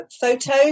Photo